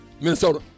Minnesota